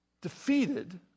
defeated